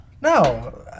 No